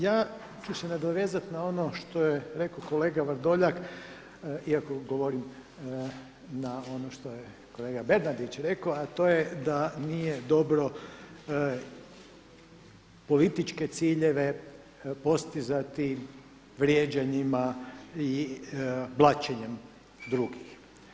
Ja ću se nadovezati na ono što je rekao kolega Vrdoljak iako govorim na ono što je kolega Bernardić rekao a to je da nije dobro političke ciljeve postizati vrijeđanjima i blaćenjem drugih.